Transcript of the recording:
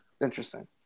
interesting